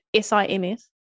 SIMS